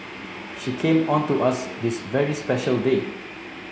she came on to us on this very special day